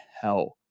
hell